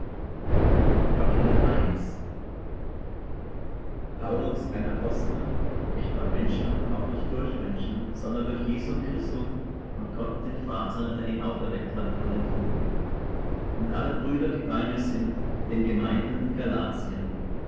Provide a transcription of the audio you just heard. paulus ein apostel nicht von menschen auch nicht durch menschen sondern durch jesum christum und gott den vater der ihn auferweckt hat von den toten und alle brüder die bei mir sind den gemeinden in galatien